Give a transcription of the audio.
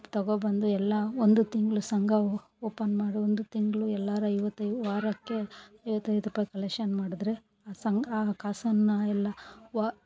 ತಗೊಬಂದು ಎಲ್ಲ ಒಂದು ತಿಂಗಳು ಸಂಘವು ಓಪನ್ ಮಾಡು ಒಂದು ತಿಂಗಳು ಎಲ್ಲರು ಐವತ್ತು ಐ ವಾರಕ್ಕೆ ಐವತ್ತು ಐವತ್ತು ರೂಪಾಯಿ ಕಲೆಶನ್ ಮಾಡಿದ್ರಿ ಆ ಸಂಘ ಆ ಕಾಸನ್ನು ಎಲ್ಲ ವಾ